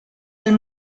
del